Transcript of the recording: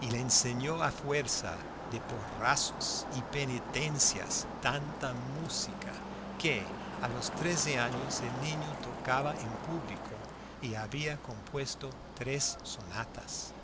y le enseñó a fuerza de porrazos y penitencias tanta música que a los trece años el niño tocaba en público y había compuesto tres sonatas pero hasta los